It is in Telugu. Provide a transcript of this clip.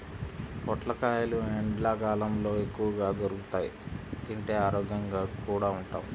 పొట్లకాయలు ఎండ్లకాలంలో ఎక్కువగా దొరుకుతియ్, తింటే ఆరోగ్యంగా కూడా ఉంటాం